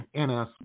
NS